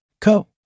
Co